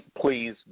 Please